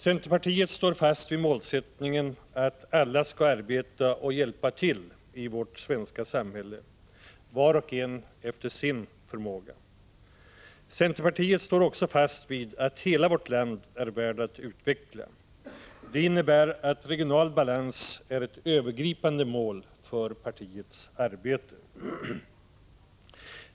Centerpartiet står fast vid målsättningen att alla skall arbeta och hjälpa till i vårt svenska samhälle — var och en efter sin förmåga. Centerpartiet står också fast vid att hela vårt land är värt att utveckla. Det innebär att regional balans är ett övergripande mål för partiets arbete.